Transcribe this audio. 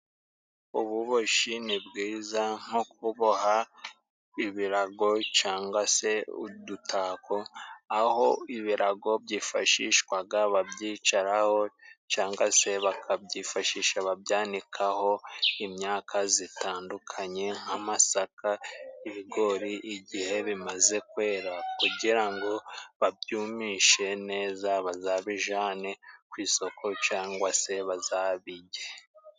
Ububoshi ni bwiza nko kuboha ibirago cangwa se udutako aho ibirago byifashishwaga babyicaraho cangwa se bakabyifashisha babyanikaho imyaka zitandukanye nk'amasaka, ibigori igihe bimaze kwera kugira ngo babyumishe neza bazabijane ku isoko cangwa se bazabije.